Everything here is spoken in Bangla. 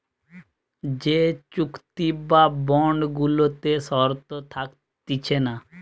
যে চুক্তি বা বন্ড গুলাতে শর্ত থাকতিছে না